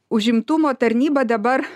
užimtumo tarnyba dabar